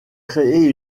créer